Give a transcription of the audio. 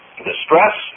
distress